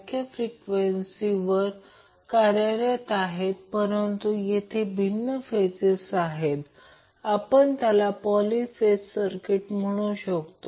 तर Q0 नंतर हे खूप जास्त आहे म्हणून ही संज्ञा 1 बनेल त्या बाबतीत जर ते 1√L C असेल तर ते अंदाजे मूल्य 1√L C आहे